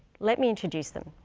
let me introduce them.